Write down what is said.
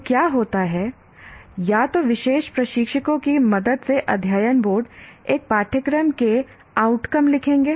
तो क्या होता है या तो विशेष प्रशिक्षकों की मदद से अध्ययन बोर्ड एक पाठ्यक्रम के आउटकम लिखेंगे